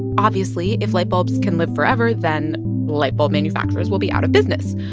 obviously, if light bulbs can live forever, then light bulb manufacturers will be out of business.